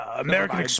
American